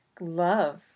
love